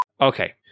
Okay